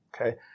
Okay